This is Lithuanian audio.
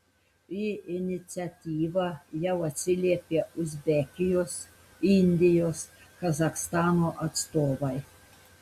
į iniciatyvą jau atsiliepė uzbekijos indijos kazachstano atstovai